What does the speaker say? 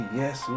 yes